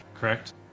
correct